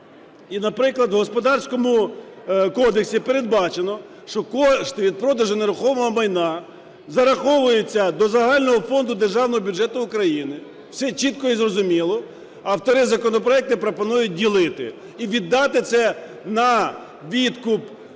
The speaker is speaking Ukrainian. наприклад, в Господарському кодексі передбачено, що кошти від продажу нерухомого майна зараховуються до загального фонду Державного бюджету України, все чітко і розуміло, автори законопроекту пропонують ділити і віддати це на відкуп